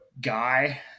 guy